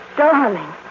darling